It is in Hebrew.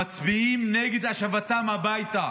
שמצביעים נגד השבתם הביתה